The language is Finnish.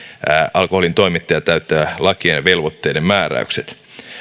alkoholin toimittaja täyttää lakien ja velvoitteiden määräykset